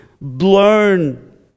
blown